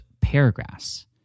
paragraphs